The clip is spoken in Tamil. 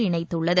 இணைத்துள்ளது